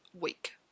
week